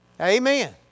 Amen